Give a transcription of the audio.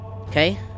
Okay